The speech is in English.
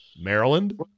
Maryland